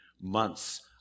months